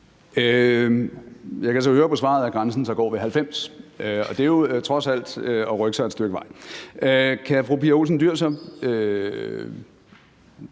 Jeg kan høre på svaret, at grænsen så går ved 90 år, og det er jo trods alt at rykke sig et stykke vej. Kan fru Pia Olsen Dyhr